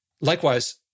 Likewise